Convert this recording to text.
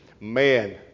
man